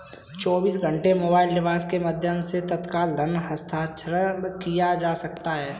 चौबीसों घंटे mobile device के माध्यम से तत्काल धन हस्तांतरण किया जा सकता है